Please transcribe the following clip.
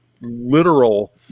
literal